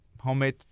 Homemade